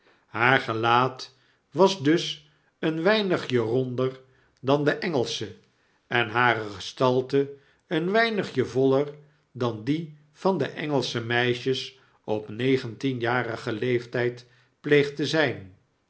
haar gelaat was dus eenweinigje ronder dan de engelsche en hare gestalte een weinigje voller dan die van de engelsche meisjes op negentienjarigen leeftijd pleegt te zijn